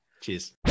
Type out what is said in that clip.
cheers